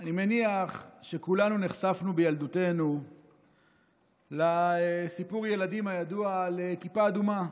אני מניח שכולנו נחשפנו בילדותנו לסיפור הילדים הידוע על כיפה אדומה.